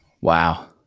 Wow